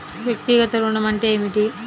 వ్యక్తిగత ఋణం అంటే ఏమిటి?